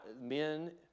men